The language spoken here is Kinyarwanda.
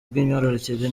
bw’imyororokere